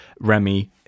Remy